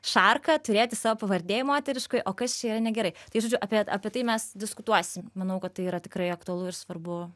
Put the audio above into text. šarką turėti savo pavardėj moteriškoj o kas čia yra negerai tai žodžiu apie apie tai mes diskutuosim manau kad tai yra tikrai aktualu ir svarbu